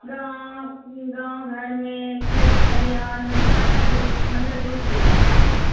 गाँव गाँव घर में खेत खलिहान में सारा ज् मतलब डूब गया था